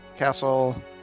Castle